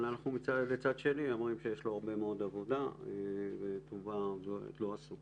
אבל מצד שני אנחנו אומרים שיש לו הרבה מאוד עבודה ואת רובה עוד לא עשו.